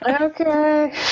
Okay